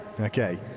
Okay